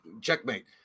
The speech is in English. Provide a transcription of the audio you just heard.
checkmate